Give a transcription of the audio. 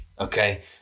Okay